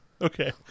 Okay